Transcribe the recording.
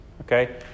Okay